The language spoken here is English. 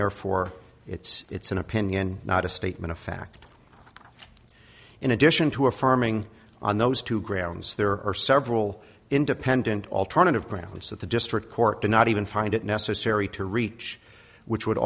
therefore it's it's an opinion not a statement of fact in addition to affirming on those two grounds there are several independent alternative grounds that the district court did not even find it necessary to reach which would